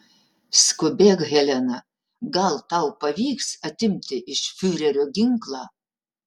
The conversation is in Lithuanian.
skubėk helena gal tau pavyks atimti iš fiurerio ginklą